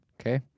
okay